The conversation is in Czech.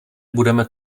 budeme